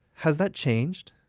has that changed?